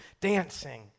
dancing